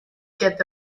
get